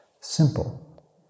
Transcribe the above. Simple